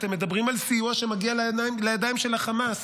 אתם מדברים על סיוע שמגיע לידיים של החמאס.